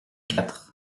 quatre